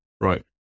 Right